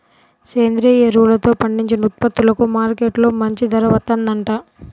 సేంద్రియ ఎరువులతో పండించిన ఉత్పత్తులకు మార్కెట్టులో మంచి ధర వత్తందంట